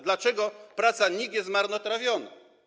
Dlaczego praca NIK jest marnotrawiona?